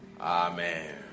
Amen